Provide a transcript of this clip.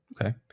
okay